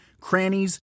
crannies